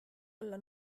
alla